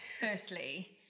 firstly